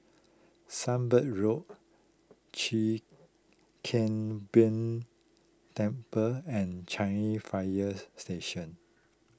Sunbird Road Chwee Kang Beo Temple and Changi Fire Station